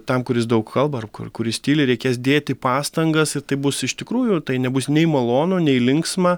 tam kuris daug kalba ar kur kuris tyli reikės dėti pastangas ir tai bus iš tikrųjų tai nebus nei malonu nei linksma